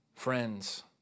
Friends